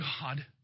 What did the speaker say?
God